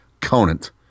Conant